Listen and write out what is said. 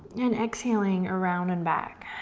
and exhaling around and back.